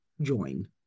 join